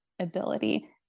ability